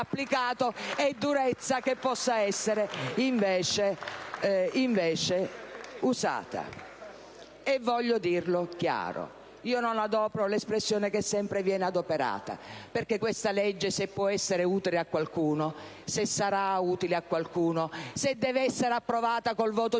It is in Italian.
applicato e durezza che possa essere invece usata! *(Applausi dal Gruppo PD)*. E voglio dirlo chiaro (io non adopero l'espressione che sempre viene adoperata), perché questa legge se può essere utile a qualcuno, se sarà utile a qualcuno, se deve essere approvata con il voto